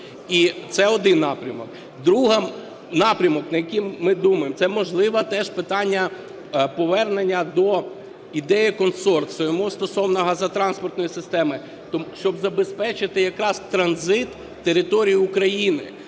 Це один напрямок. Другий напрямок, про який ми думаємо, – це, можливо, теж питання повернення до ідеї консорціуму стосовно Газотранспортної системи, щоб забезпечити якраз транзит територією України.